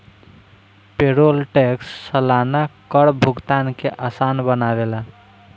payroll tax सलाना कर भुगतान के आसान बनावेला